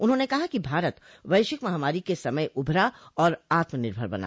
उन्होंने कहा कि भारत वैश्विक महामारी के समय उभरा और आत्मनिर्भर बना